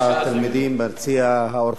את התלמידים ביציע האורחים.